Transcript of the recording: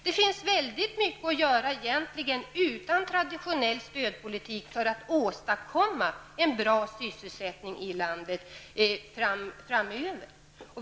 Det finns väldigt mycket att göra egentligen utan traditionell stödpolitik, för att åstadkomma en bra sysselsättning i landet framöver.